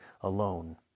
alone